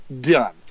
Done